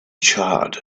charred